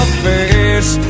face